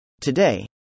Today